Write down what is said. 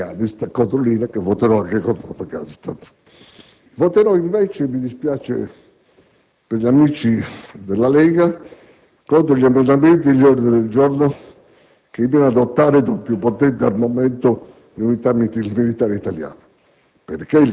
Voterò, invece - e mi dispiace per gli amici della Lega - contro gli emendamenti e gli ordini del giorno che mirano a dotare di un più potente armamento le unità militari italiane,